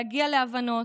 להגיע להבנות.